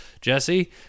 Jesse